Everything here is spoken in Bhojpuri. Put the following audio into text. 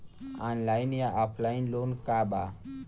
ऑनलाइन या ऑफलाइन लोन का बा?